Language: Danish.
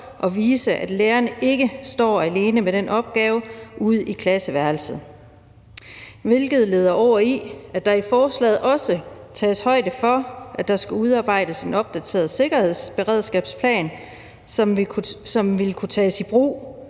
og vise, at lærerne ikke står alene med den opgave ude i klasseværelset, hvilket leder over i, at der i forslaget også tages højde for, at der skal udarbejdes en opdateret sikkerhedsberedskabsplan, som vil kunne tages i brug,